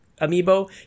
amiibo